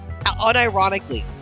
unironically